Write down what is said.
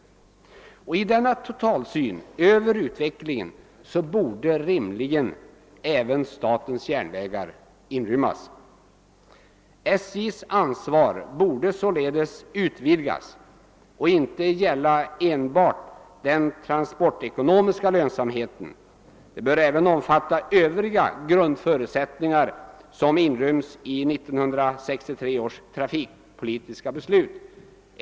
I denna totalsyn på utvecklingen borde rimligen även statens järnvägar inrymmas. SJ:s ansvar borde således utvidgas och inte enbart gälla den transportekonomiska lönsamheten utan även omfatta övriga grundförutsättningar som innefattas i 1963 års trafikpolitiska beslut.